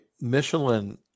Michelin